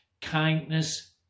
kindness